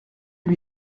lui